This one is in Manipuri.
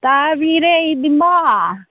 ꯇꯥꯕꯤꯔꯦ ꯑꯩꯗꯤ ꯕꯥ